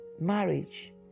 marriage